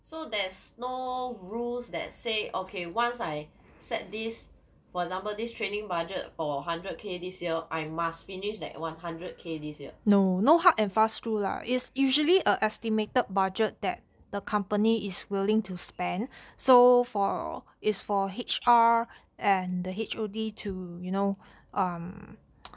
so there's no rules that say okay once I set this for example this training budget for hundred k this year I must finish that one hundred k this year